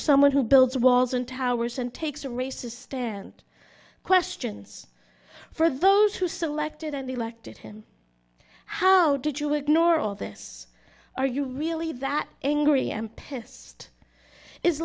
someone who builds walls and towers and takes a racist stand questions for those who selected and elected him how did you ignore all this are you really that angry m pissed is